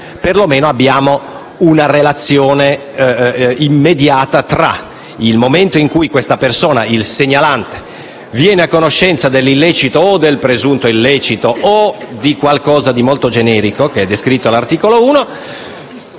perlomeno si abbia una relazione immediata tra il momento in cui il segnalante viene a conoscenza dell'illecito o del presunto illecito o di qualcosa di molto generico descritto all'articolo 1